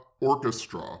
Orchestra